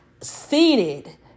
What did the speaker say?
seated